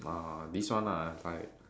uh this one ah like